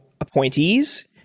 appointees